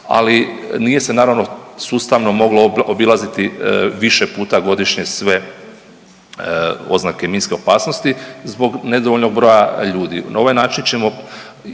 Ali nije se naravno sustavno moglo obilaziti više puta godišnje sve oznake minske opasnosti zbog nedovoljnog broja ljudi. Na ovaj način ćemo